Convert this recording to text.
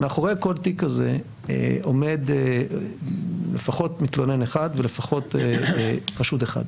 מאחורי כל תיק כזה עומד לפחות מתלונן אחד ולפחות חשוד אחד,